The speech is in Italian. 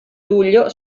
luglio